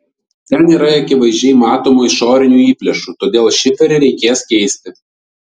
ten yra akivaizdžiai matomų išorinių įplėšų todėl šiferį reikės keisti